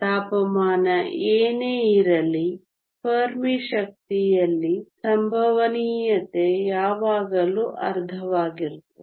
ತಾಪಮಾನ ಏನೇ ಇರಲಿ ಫೆರ್ಮಿ ಶಕ್ತಿಯಲ್ಲಿ ಸಂಭವನೀಯತೆ ಯಾವಾಗಲೂ ಅರ್ಧವಾಗಿರುತ್ತದೆ